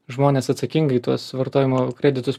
žmonės atsakingai tuos vartojimo kreditus